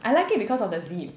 I like it because of the zip